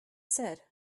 said